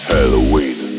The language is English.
Halloween